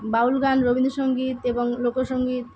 বাউল গান রবীন্দ্রসঙ্গীত এবং লোকসঙ্গীত